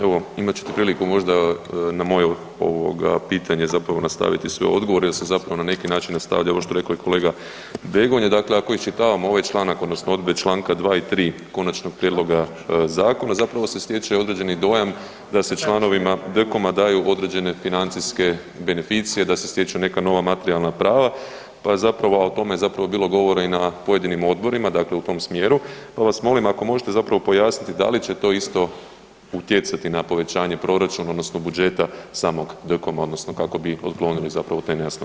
Evo imat ćete priliku možda na moje pitanje zapravo nastaviti sve odgovore jer se zapravo na neki način nastavljaju ono što je rekao i kolega Begonja, dakle ako iščitavamo ovaj članak odnosno odredbe čl. 2. i 3. konačnog prijedloga zakona, zapravo se stječe određeni dojam da se članovima DKOM-a daju određene financijske beneficije, da se stječu neka nova materijalna prava, pa zapravo a o tome je zapravo bilo govora i na pojedinim odborima, dakle u tom smjeru, pa vas molim ako možete zapravo pojasniti da li će to isto utjecati na povećanje proračuna odnosno budžeta samog DKOM-a odnosno kako bi otklonili zapravo te nejasnoće?